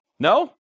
No